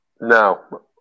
No